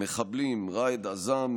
והמחבלים ראאד חאזם,